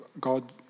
God